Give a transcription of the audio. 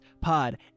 Pod